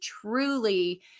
truly